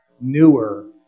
newer